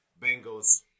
Bengals